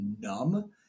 numb